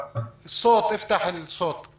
עם הצוות של